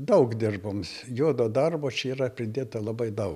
daug dirbom juodo darbo čia yra pridėta labai daug